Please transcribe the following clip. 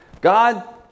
God